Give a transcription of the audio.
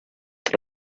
them